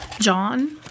John